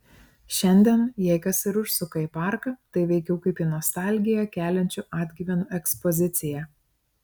šiandien jei kas ir užsuka į parką tai veikiau kaip į nostalgiją keliančių atgyvenų ekspoziciją